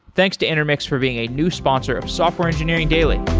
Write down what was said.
thanks to intermix for being a new sponsor of software engineering daily